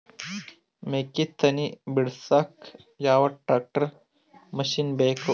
ಮೆಕ್ಕಿ ತನಿ ಬಿಡಸಕ್ ಯಾವ ಟ್ರ್ಯಾಕ್ಟರ್ ಮಶಿನ ಬೇಕು?